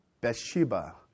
Bathsheba